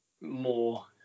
more